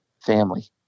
family